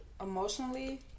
emotionally